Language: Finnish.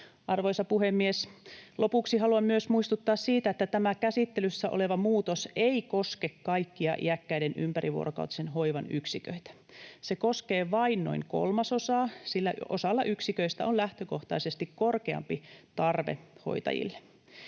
Arvoisa puhemies! Lopuksi haluan myös muistuttaa siitä, että tämä käsittelyssä oleva muutos ei koske kaikkia iäkkäiden ympärivuorokautisen hoivan yksiköitä. Se koskee vain noin kolmasosaa, sillä osalla yksiköistä on lähtökohtaisesti korkeampi tarve hoitajille.